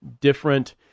different